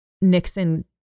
Nixon